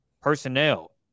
Personnel